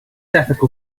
ethical